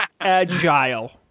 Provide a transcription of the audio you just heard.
Agile